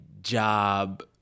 job